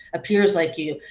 appears like you.